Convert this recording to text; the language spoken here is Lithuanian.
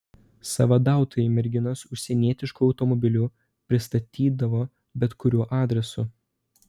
sąvadautojai merginas užsienietišku automobiliu pristatydavo bet kuriuo adresu